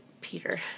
Peter